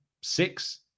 six